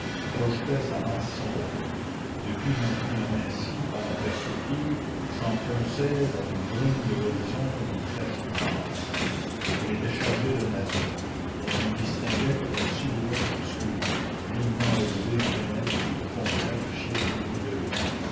projetait sa masse sombre et de plus en plus amincie par la perspective s'enfonçait dans les brumes de l'horizon comme une flèche noire elle était chargée de maisons dont on ne distinguait que la silhouette obscure vivement relevée en ténèbres sur le fond clair du ciel et de l'eau